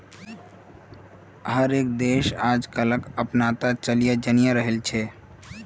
हर एक देश आजकलक अपनाता चलयें जन्य रहिल छे